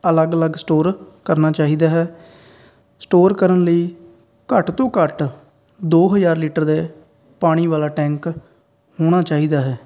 ਅਲੱਗ ਅਲੱਗ ਸਟੋਰ ਕਰਨਾ ਚਾਹੀਦਾ ਹੈ ਸਟੋਰ ਕਰਨ ਲਈ ਘੱਟ ਤੋਂ ਘੱਟ ਦੋ ਹਜ਼ਾਰ ਲੀਟਰ ਦੇ ਪਾਣੀ ਵਾਲਾ ਟੈਂਕ ਹੋਣਾ ਚਾਹੀਦਾ ਹੈ